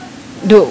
do